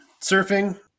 surfing